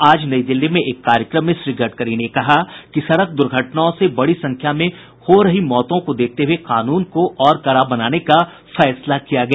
आज नई दिल्ली में एक कार्यक्रम में श्री गडकरी ने कहा कि सड़क दुर्घटनाओं से बड़ी संख्या में हो रही मौतों को देखते हुए कानून को और कड़ा बनाने का फैसला किया गया